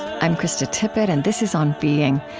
i'm krista tippett, and this is on being.